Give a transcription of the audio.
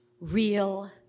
real